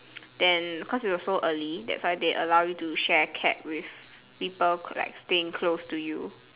then cause it was so early that's why they allow you to share cab with people like staying close to you